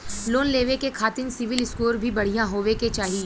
Loan लेवे के खातिन सिविल स्कोर भी बढ़िया होवें के चाही?